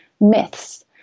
myths